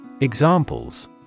Examples